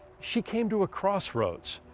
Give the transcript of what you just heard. she came to a crossroads,